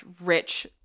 rich